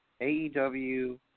AEW